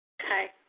Hi